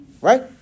Right